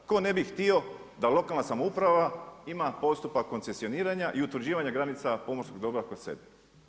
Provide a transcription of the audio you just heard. Tko ne bi htio da lokalna samouprava ima postupak koncesijoniranja i utvrđivanja granica pomorskog dobra kod sebe.